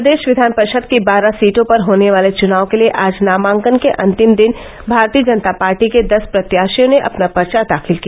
प्रदेश विधान परिषद की बारह सीटों पर होने वाले चुनाव के लिये आज नामांकन के अन्तिम दिन भारतीय जनता पार्टी के दस प्रत्याशियों ने अपना पर्चा दाखिल किया